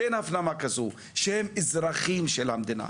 שאין הפנמה כזו, שהם אזרחים של המדינה.